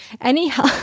Anyhow